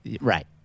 right